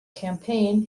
campaign